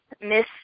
Miss